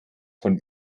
von